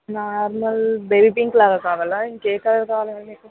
normal baby పింక్లా కావాలా ఇంక ఏ కలర్ కావాలండి